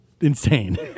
insane